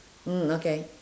mm okay